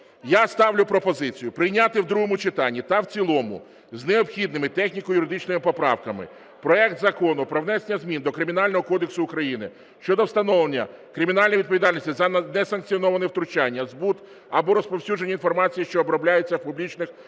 я ставлю пропозицію прийняти в другому читанні та в цілому з необхідними техніко-юридичними поправками проект Закону про внесення змін до Кримінального кодексу України щодо встановлення кримінальної відповідальності за несанкціоноване втручання, збут або розповсюдження інформації, що оброблюється в публічних